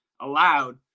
allowed